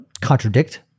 contradict